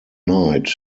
night